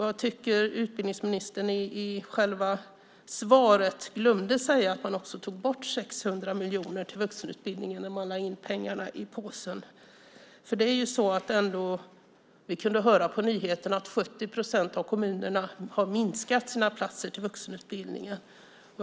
Jag tycker att utbildningsministern i svaret glömde säga att man också tog bort 600 miljoner till vuxenutbildningen när man lade in pengarna i påsen. Vi kunde höra på nyheterna att 70 procent av kommunerna har minskat sina platser till vuxenutbildningen.